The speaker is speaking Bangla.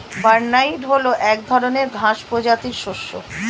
বার্নইয়ার্ড হল এক ধরনের ঘাস প্রজাতির শস্য